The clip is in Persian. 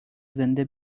زنده